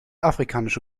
afrikanische